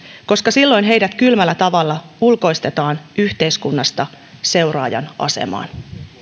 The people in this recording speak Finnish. koska silloin heidät kylmällä tavalla ulkoistetaan yhteiskunnasta seuraajan asemaan